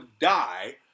die